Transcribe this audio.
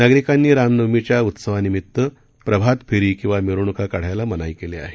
नागरिकांनी रामनवमीच्या उत्सवानिमीत्त प्रभात फेरी किंवा मिरवणुका काढायला मनाई केली आहे